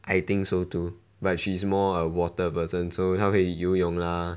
I think so too but she is more a water person so 他会游泳 lah